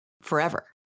forever